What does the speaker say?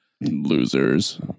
Losers